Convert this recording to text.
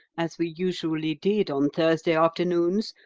as we usually did on thursday afternoons,